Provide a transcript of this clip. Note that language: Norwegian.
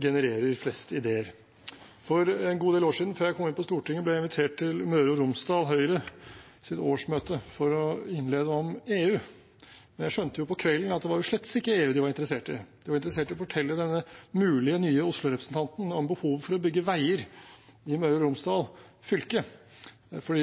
genererer flest ideer. For en god del år siden, før jeg kom inn på Stortinget, ble jeg invitert til Møre og Romsdal Høyre, til årsmøte, for å innlede om EU. Jeg skjønte om kvelden at det var jo slett ikke EU de var interessert i. De var interessert i å fortelle denne mulige nye Oslo-representanten om behovet for å bygge veier i Møre og Romsdal fylke, for,